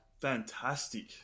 Fantastic